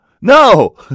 No